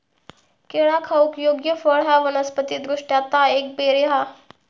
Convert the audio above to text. केळा खाऊक योग्य फळ हा वनस्पति दृष्ट्या ता एक बेरी हा